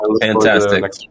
Fantastic